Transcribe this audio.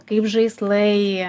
kaip žaislai